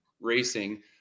racing